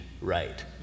right